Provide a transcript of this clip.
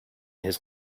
his